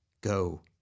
Go